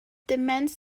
demands